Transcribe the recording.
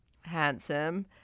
handsome